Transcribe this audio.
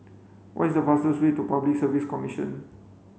what is the fastest way to Public Service Commission